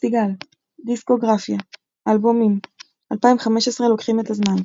פסטיגל דיסקוגרפיה אלבומים 2015 "לוקחים את הזמן"